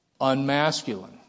Unmasculine